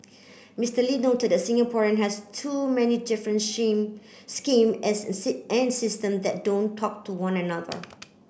Mister Lee noted that Singapore has too many different shame scheme as and system that don't talk to one another